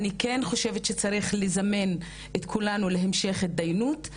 אני כן חושבת שצריך לזמן את כולנו להמשך התדיינות,